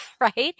right